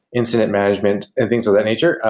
incident management and things of that nature.